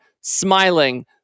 Smiling